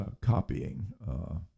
copying